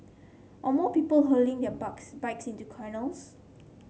or more people hurling their bikes into canals